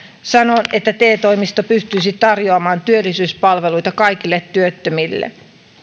sanoa että te toimisto pystyisi tarjoamaan työllisyyspalveluita kaikille työttömille